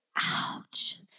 Ouch